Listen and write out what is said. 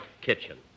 kitchen